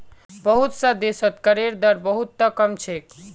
बहुत स देशत करेर दर बहु त कम छेक